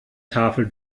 tafel